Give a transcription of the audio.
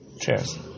Cheers